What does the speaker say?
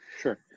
sure